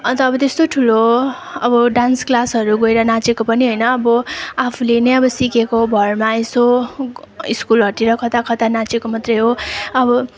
अन्त अब त्यस्तो ठुलो अब डान्स क्लासहरू गएर नाचेको पनि होइन अब आफूले नै अब सिकेको भरमा यसो स्कुलहरूतिर कता कता नाचेको मात्रै हो अब